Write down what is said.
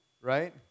right